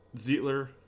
Zietler